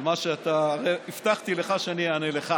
על מה שאתה, הבטחתי לך שאני אענה לך